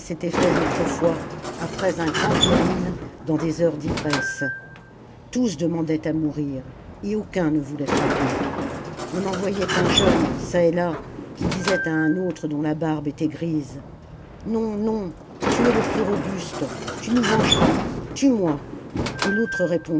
s'étaient faits autrefois après un grand perd dans des heures d'ivresse tous demandaient à mourir et aucun ne voulait frapper on en voyait un jeune çà et là qui disait à un autre dont la barbe était grise non non tu es le plus robuste tu nous vengeras tue-moi et l'homme